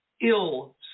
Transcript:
ill